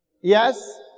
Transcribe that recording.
Yes